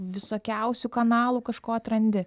visokiausių kanalų kažko atrandi